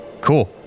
Cool